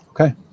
Okay